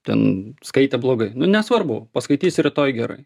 ten skaitė blogai nu nesvarbu paskaitysi rytoj gerai